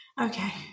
Okay